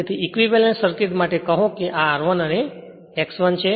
તેથી equivalent circuit માટે કહો કે આ R1 અને X1 છે